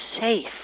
safe